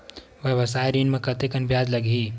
व्यवसाय ऋण म कतेकन ब्याज लगही?